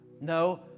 No